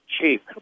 cheap